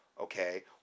okay